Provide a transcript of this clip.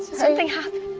something happen?